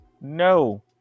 no